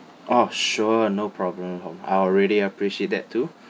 orh sure no problem I will really appreciate that too